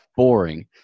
boring